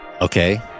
Okay